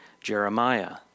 Jeremiah